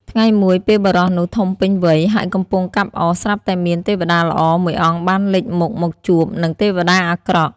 ថ្ងៃមួយ ពេលបុរសនោះធំពេញវ័យ ហើយកំពុងកាប់អុស ស្រាប់តែមាន ទេវតាល្អ មួយអង្គបានលេចមុខមកជួបនឹងទេវតាអាក្រក់។